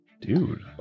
dude